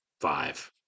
five